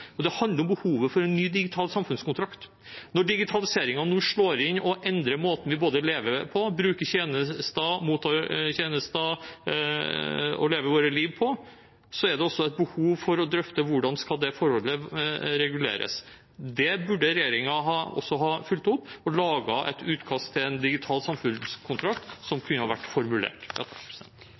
endrer måten vi både bruker og mottar tjenester på – måten vi lever vårt liv på – er det også behov for å drøfte hvordan det forholdet skal reguleres. Det burde regjeringen også ha fulgt opp ved å formulere et utkast til en digital samfunnskontrakt. I dag behandler vi en viktig melding om innovasjon i offentlig sektor som